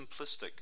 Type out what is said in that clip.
simplistic